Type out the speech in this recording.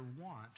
want